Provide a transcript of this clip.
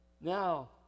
Now